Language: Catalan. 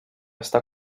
està